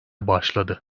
başladı